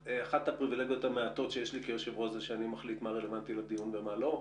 אני כיושב-ראש מחליט מה רלוונטי ומה לא.